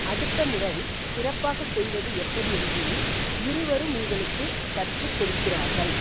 அடுத்த முறை சிறப்பாகச் செய்வது எப்படி என்று இருவரும் உங்களுக்குக் கற்றுக் கொடுக்கிறார்கள்